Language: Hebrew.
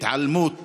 התעלמות